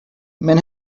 men